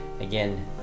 Again